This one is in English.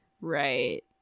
right